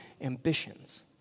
ambitions